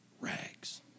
rags